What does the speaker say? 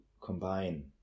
combine